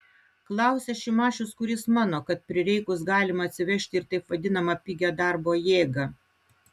klausia šimašius kuris mano kad prireikus galima atsivežti ir taip vadinamą pigią darbo jėgą